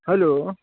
hello